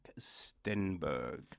Stenberg